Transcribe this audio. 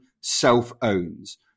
self-owns